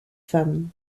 femme